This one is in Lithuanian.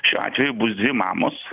šiuo atveju bus dvi mamos